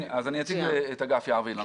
אני אציג את אגף יער ואילנות.